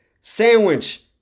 Sandwich